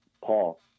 paul